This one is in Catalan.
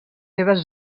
seves